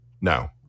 No